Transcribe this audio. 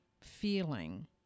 feeling